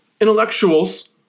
intellectuals